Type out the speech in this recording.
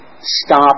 stop